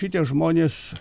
šitie žmonės